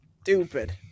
stupid